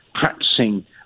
practicing